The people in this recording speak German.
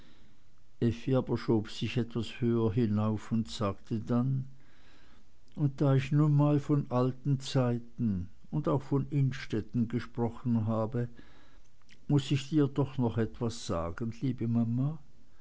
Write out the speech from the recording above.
schob sich etwas höher hinauf und sagte dann und da ich nun mal von alten zeiten und auch von innstetten gesprochen habe muß ich dir doch noch etwas sagen liebe mama